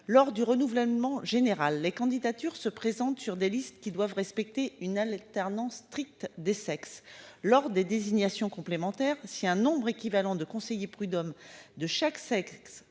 lors du renouvellement général, les candidatures se présentent sur des listes qui doivent respecter une à l'alternance stricte des sexes lors des désignations complémentaire si un nombre équivalent de conseillers prud'hommes de chaque sexe